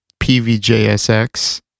PVJSX